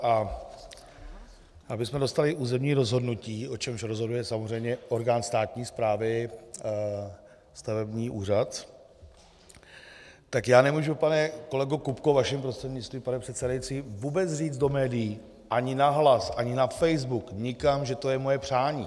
A abychom dostali územní rozhodnutí, o čemž rozhoduje samozřejmě orgán státní správy, stavební úřad, tak já nemůžu, pane kolego Kupko, vaším prostřednictvím, pane předsedající, vůbec říct do médií ani nahlas, ani na Facebook, nikam, že to je moje přání.